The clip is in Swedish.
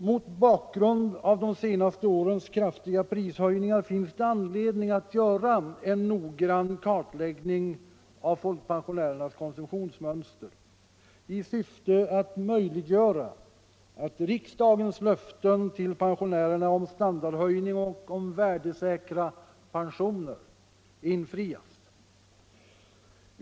Mot bakgrund av de senaste årens kraftiga prishöjningar är det motiverat med en noggrann kartläggning av folkpensionärernas konsumtionsmönster i syfte att möjliggöra att riksdagens löften till pensionärerna om standardhöjning och värdesäkra pensioner infrias.